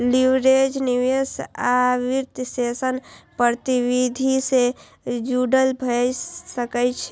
leverage निवेश आ वित्तपोषण गतिविधि सं जुड़ल भए सकै छै